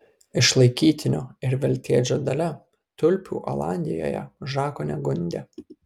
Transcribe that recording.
išlaikytinio ir veltėdžio dalia tulpių olandijoje žako negundė